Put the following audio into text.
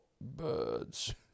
birds